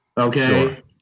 Okay